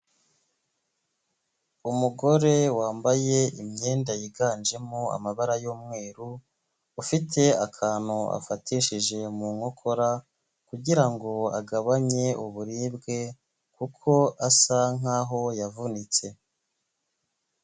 Umugore wambaye imyenda yiganjemo amabara y'umweru ufite akantu afatishije mu nkokora kugira ngo agabanye uburibwe kuko asa nkaho yavunitse.